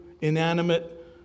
inanimate